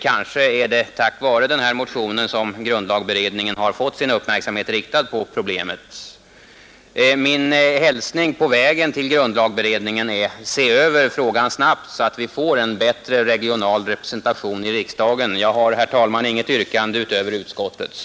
Kanske är det tack vare den här motionen som grundlagberedningen har fått sin uppmärksamhet riktad på problemet. Min hälsning på vägen till grundlagberedningen är: Se över frågan snabbt så att vi får en bättre regional representation i riksdagen! Jag har, herr talman, inget yrkande utöver utskottets.